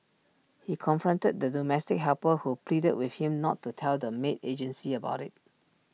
he confronted the domestic helper who pleaded with him not to tell the maid agency about IT